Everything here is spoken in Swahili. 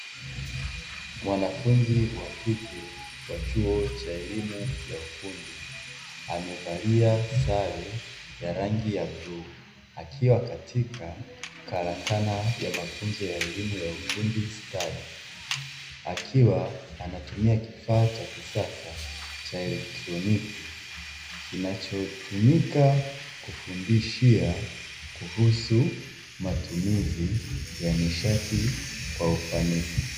Mwanafunzi wa kike wa chuo cha elimu ya ufundi amevalia sare ya rangi ya bluu, akiwa katika karakana ya mafunzo ya elimu ya ufundi stadi, akiwa anatumia kifaa cha kisasa cha eletroniki kinachotumika kufundishia kuhusu matumizi ya nishati kwa ufanisi.